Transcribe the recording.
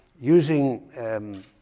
using